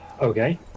Okay